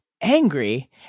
angry